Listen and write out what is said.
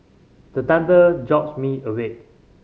the thunder jolt me awake